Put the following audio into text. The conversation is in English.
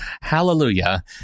Hallelujah